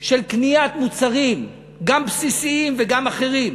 של מוצרים, גם בסיסיים וגם אחרים,